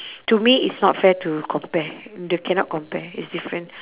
to me it's not fair to compare the cannot compare it's different